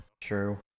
True